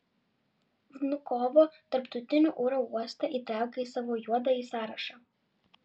vnukovo tarptautinį oro uostą įtraukė į savo juodąjį sąrašą